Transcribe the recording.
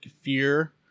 fear